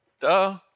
duh